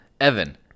evan